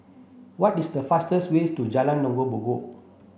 what is the fastest way to Jalan